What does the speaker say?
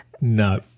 No